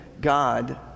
God